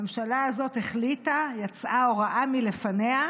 הממשלה הזאת החליטה, יצאה הוראה מלפניה,